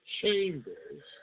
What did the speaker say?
chambers